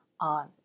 on